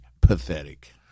pathetic